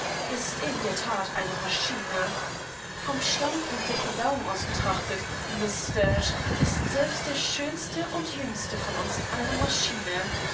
ist in der tat eine maschine vom standpunkt der verdauung aus betrachtet miß sturch ist selbst der schönste und jüngste von uns eine maschine